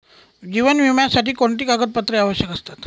जीवन विम्यासाठी कोणती कागदपत्रे आवश्यक असतात?